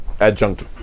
adjunct